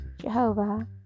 Jehovah